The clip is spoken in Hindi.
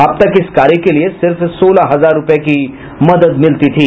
अब तक इस कार्य के लिए सिर्फ सोलह हजार रूपये की मदद मिलती थी